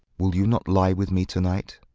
wil you not lie with me to night.